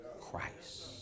Christ